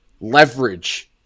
leverage